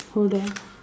hold on